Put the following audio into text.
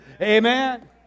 Amen